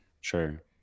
sure